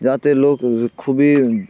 যাতে লোক খুবই